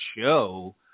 show